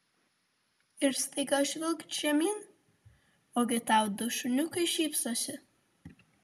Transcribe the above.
ir staiga žvilgt žemyn ogi tau du šuniukai šypsosi